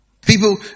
People